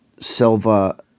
Silva